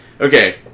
Okay